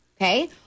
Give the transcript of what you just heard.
okay